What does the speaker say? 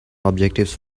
objectives